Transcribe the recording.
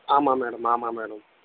ஆமாம் மேடம் ஆமாம் மேடம்